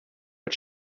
but